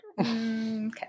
Okay